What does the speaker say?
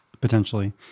potentially